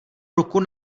ruku